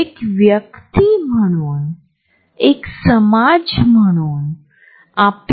या व्हिडिओमध्ये आम्ही आमच्या स्वतःच्या वैयक्तिक जागेवर सांस्कृतिक पैलू कसे अधिकार गाजवितात हे पाहू शकतो